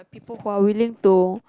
people who are willing to